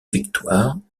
victoires